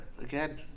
again